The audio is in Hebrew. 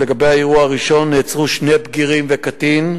לגבי האירוע הראשון, נעצרו שני בגירים וקטין.